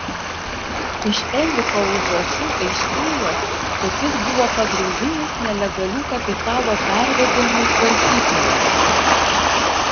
iš enriko užrašų aiškėjo kad jis buvo pagrindinis nelegalių kapitalo pervedimų tvarkytojas